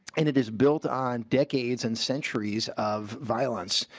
and it is built on decades and centuries of violence.